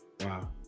wow